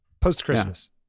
post-Christmas